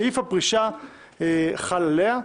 שסעיף הפרישה חל עליה.